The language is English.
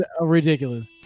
ridiculous